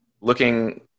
looking